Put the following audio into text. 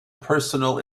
personal